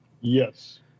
Yes